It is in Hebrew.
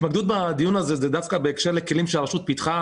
ההתמקדות בדיון הזה היא דווקא בהקשר לכלים שהרשות פיתחה